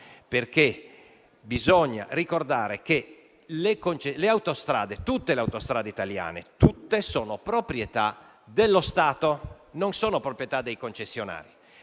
perché bisogna ricordare che tutte le autostrade italiane sono proprietà dello Stato e non dei concessionari,